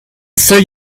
seuil